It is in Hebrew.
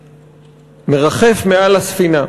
שמרחף מעל לספינה,